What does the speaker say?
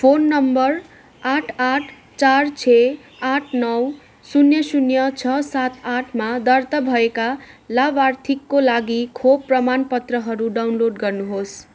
phone number आठ आठ चार छ आठ नौ शून्य शून्य छ सात आठमा दर्ता भएका लाभार्थीको लागि खोप प्रमाणपत्रहरू डाउनलोड गर्नुहोस्